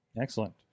Excellent